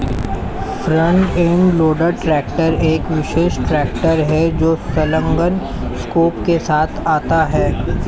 front end loader tractor एक विशेष tractor है जो संलग्न स्कूप के साथ आता है